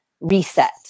reset